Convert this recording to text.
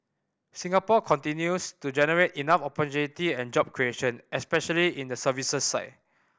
Singapore continues to generate enough opportunity and job creation especially in the services side